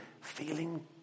feeling